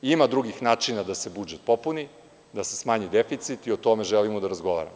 Ima drugih načina da se budžet popuni, da se smanji deficit i o tome želimo da razgovaramo.